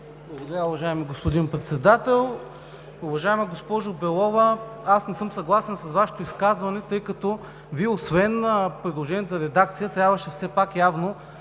Благодаря, уважаеми господин Председател. Уважаема госпожо Белова, аз не съм съгласен с Вашето изказване, тъй като освен предложението за редакция Вие трябваше все пак явно